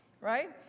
right